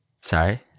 Sorry